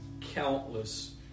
countless